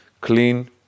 clean